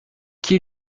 qui